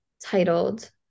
titled